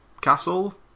Castle